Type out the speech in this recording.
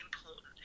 important